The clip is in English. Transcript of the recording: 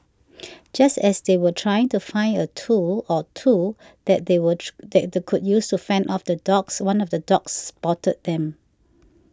just as they were trying to find a tool or two that they watch that the could use to fend off the dogs one of the dogs spotted them